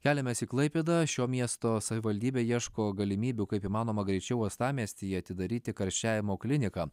keliamės į klaipėdą šio miesto savivaldybė ieško galimybių kaip įmanoma greičiau uostamiestyje atidaryti karščiavimo kliniką